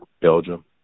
Belgium